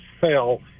fell